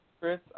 Chris